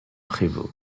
prévost